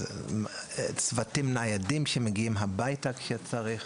צוותים ניידים שמגיעים הביתה כשצריך